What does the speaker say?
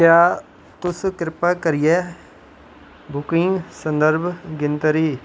क्या तुस कृपा करियै बुकिंग संदर्भ गिनतरी